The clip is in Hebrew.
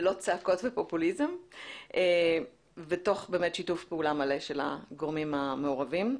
ללא צעקות ופופוליזם ותוך שיתוף פעולה מלא של הגורמים המעורבים.